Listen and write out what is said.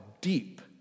deep